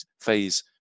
phase